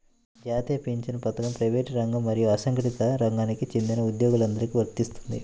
జాతీయ పెన్షన్ పథకం ప్రైవేటు రంగం మరియు అసంఘటిత రంగానికి చెందిన ఉద్యోగులందరికీ వర్తిస్తుంది